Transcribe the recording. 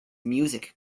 music